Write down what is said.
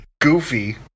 goofy